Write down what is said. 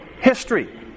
history